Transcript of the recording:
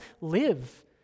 live